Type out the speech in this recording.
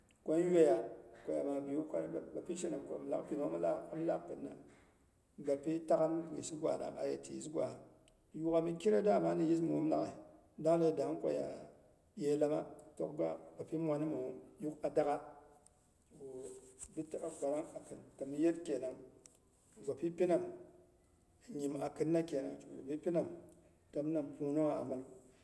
Kwon inyuiya koya maabiwu koya bapi shenam ko milak pinung mi laak kinna. Bapi taghim gwisi gwana aye tɨis gwa yuk'gha mi kirei dama ni yɨs muum laghai, dang de dang koya ye lamma, tok gwa bapi mwanimewu yuk 'a dak'gha. Kigu bi taba kwanang akin təmyiyet kenang ngwu bapi pinam nyim akinna kenang kigu bapi pinam